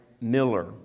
Miller